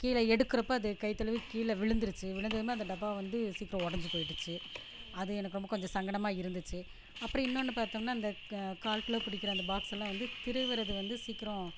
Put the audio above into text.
கீழே எடுக்கறப்போ அது கைத்தழுவிக் கீழே விழுந்திருச்சு விழுந்ததுமே அந்த டப்பா வந்து சீக்கிரம் உடஞ்சு போயிடுச்சு அது எனக்கு ரொம்ப கொஞ்சம் சங்கடமாக இருந்துச்சு அப்புறம் இன்னோன்று பார்த்தம்னா இந்த க கால் கிலோ பிடிக்கிற அந்தப் பாக்ஸெல்லாம் வந்து திருவறது வந்து சீக்கிரம்